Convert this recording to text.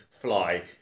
fly